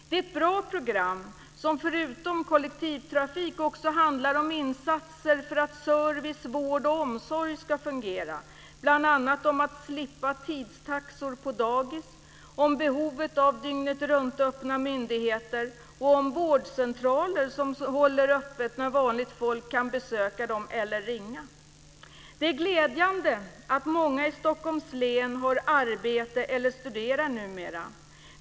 Det är ett bra program, som förutom om kollektivtrafik också handlar om insatser för att service, vård och omsorg ska fungera, om att slippa tidstaxor på dagis, om behovet av dygnet-runt-öppna myndigheter och om vårdcentraler som håller öppet när vanligt folk kan besöka dem eller ringa. Det är glädjande att många i Stockholms län har arbete eller studerar numera.